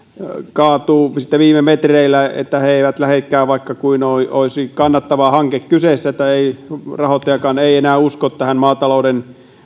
kaatuu sitten viime metreillä eli ne eivät lähdekään vaikka kuinka olisi kannattava hanke kyseessä eli rahoittajakaan ei enää usko maatalouden